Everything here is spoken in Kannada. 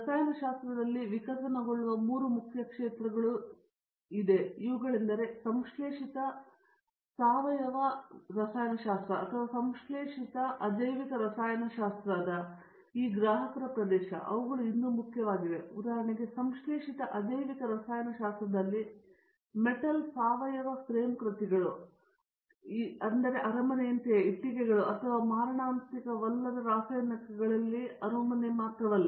ರಸಾಯನಶಾಸ್ತ್ರದಲ್ಲಿ ವಿಕಸನಗೊಳ್ಳುವ ಮೂರು ಮುಖ್ಯ ಕ್ಷೇತ್ರಗಳು ಇವುಗಳೆಂದರೆ ಸಂಶ್ಲೇಷಿತ ಸಾವಯವ ರಸಾಯನಶಾಸ್ತ್ರ ಅಥವಾ ಸಂಶ್ಲೇಷಿತ ಅಜೈವಿಕ ರಸಾಯನಶಾಸ್ತ್ರದ ಈ ಗ್ರಾಹಕರ ಪ್ರದೇಶ ಅವುಗಳು ಇನ್ನೂ ಮುಖ್ಯವಾಗಿವೆ ಉದಾಹರಣೆಗೆ ಸಂಶ್ಲೇಷಿತ ಅಜೈವಿಕ ರಸಾಯನಶಾಸ್ತ್ರದಲ್ಲಿ ಮೆಟಲ್ ಸಾವಯವ ಫ್ರೇಮ್ ಕೃತಿಗಳು ಅರಮನೆಯಂತೆಯೇ ಆದರೆ ಇಟ್ಟಿಗೆಗಳು ಮತ್ತು ಮಾರಣಾಂತಿಕವಲ್ಲದ ರಾಸಾಯನಿಕಗಳಲ್ಲಿ ಅರಮನೆ ಮಾತ್ರವಲ್ಲ